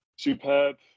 superb